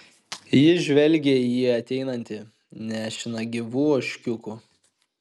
ji žvelgė į jį ateinantį nešiną gyvu ožkiuku